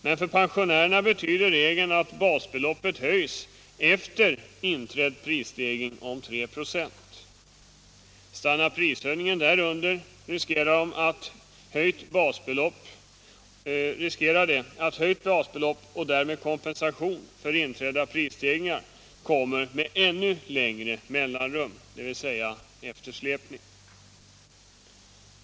Men för pensionärerna betyder regeln att basbeloppet höjs efter inträdd prisstegring om 3 26. Stannar prishöjningen därunder, riskerar de att höjt basbelopp och därmed kompensation för inträdda prisstegringar kommer med ännu längre mellanrum, dvs. eftersläpning.